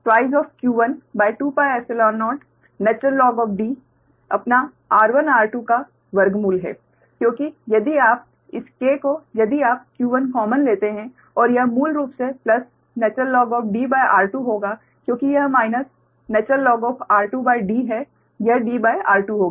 इसलिए V122q12πϵ0 In D अपना 𝑟1 𝑟2 का वर्गमूल है क्योंकि यदि आप इस k को यदि आप q1 कॉमन लेते हैं और यह मूल रूप से प्लस Dr2 होगा क्योंकि यह माइनस r2D है यह Dr2 होगा